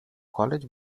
college